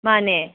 ꯃꯥꯅꯦ